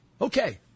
Okay